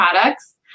products